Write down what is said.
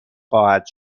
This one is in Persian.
خواهد